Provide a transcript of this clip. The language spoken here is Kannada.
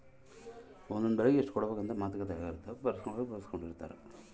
ಗುತ್ತಿಗೆ ದಾಗ ಇಷ್ಟ ದಿನಕ ಇಷ್ಟ ಅಂತ ಬರ್ಸ್ಕೊಂದಿರ್ತರ